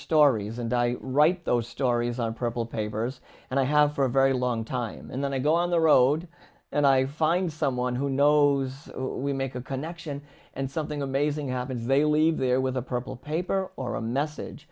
stories and i write those stories on purple papers and i have for a very long time and then i go on the road and i find someone who knows we make a connection and something amazing happens they leave there with a purple paper or a message